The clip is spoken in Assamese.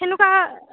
সেনেকুৱা